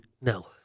No